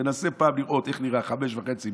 תנסה פעם לראות איך נראה ב-05:00,